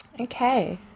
Okay